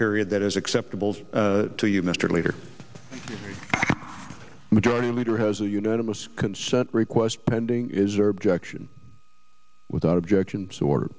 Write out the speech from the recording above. period that is acceptable to you mr leader majority leader has a unanimous consent request pending is or objection without objection to order